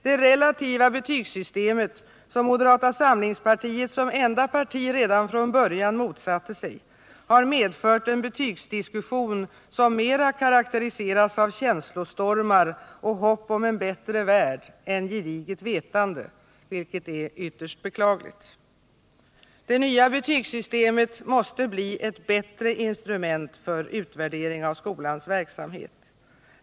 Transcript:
Det relativa betygssystemet, som moderata samlingspartiet som enda parti redan från början motsatte sig, har medfört en betygsdiskussion som mera karakteriseras av känslostormar och hopp om en bättre värld än gediget vetande, vilket är ytterst beklagligt. Det nya betygssystemet måste bli ett bättre instrument för utvärdering av skolans verksamhet.